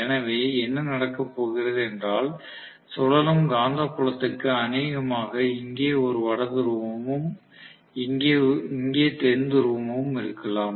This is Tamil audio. எனவே என்ன நடக்கப் போகிறது என்றால் சுழலும் காந்தப்புலத்திற்கு அநேகமாக இங்கே ஒரு வட துருவமும் இங்கே தென் துருவமும் இருக்கலாம்